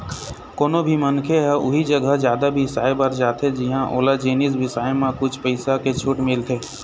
कोनो भी मनखे ह उही जघा जादा बिसाए बर जाथे जिंहा ओला जिनिस बिसाए म कुछ पइसा के छूट मिलथे